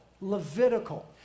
Levitical